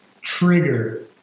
trigger